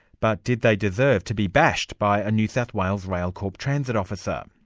but did they deserve to be bashed by a new south wales railcorp transit officer?